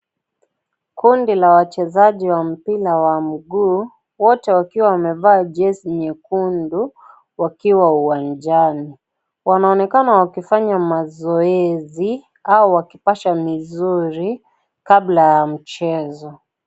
Kundi la wachezaji wa Mpira wa mguu wote wakiwa wamevaa jesi nyekundu wakiwa uwanjani. Wanaonekana wakifanya mazoezi au wakipasha misuli kabla ya mchezo .